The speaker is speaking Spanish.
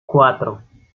cuatro